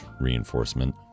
reinforcement